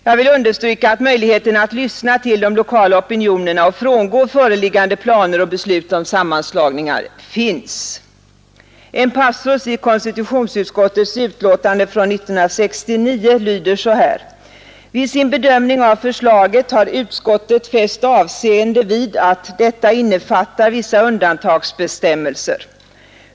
Jag vill understryka att möjligheterna att lyssna till de kommunala opinionerna och frångå planer och beslut om sammanslagningar finns. En passus i konstitutionsutskottets utlåtande från 1969 lyder så här: ”Vid sin bedömning av förslaget har utskottet fäst avseende vid att detta innefattar vissa undantagsbestämmelser.